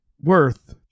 Worth